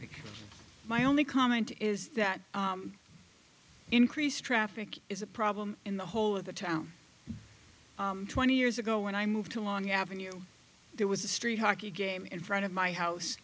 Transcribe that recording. really my only comment is that increased traffic is a problem in the whole of the town twenty years ago when i moved to long avenue there was a street hockey game in front of my house